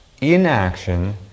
Inaction